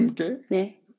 Okay